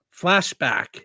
Flashback